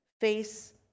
face